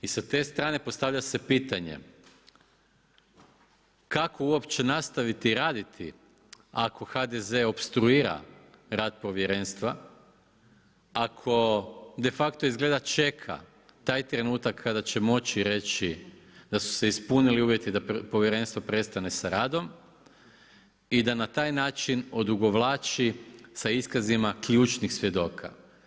I sa te strane postavlja se pitanje kako uopće nastaviti raditi ako HDZ opstruira rad povjerenstva, ako de facto izgleda čeka taj trenutak kada će moći reći da su se ispunili uvjeti da povjerenstvo prestane sa radom i da na taj način odugovlači sa iskazima ključnih svjedoka.